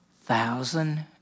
Thousand